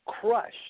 crushed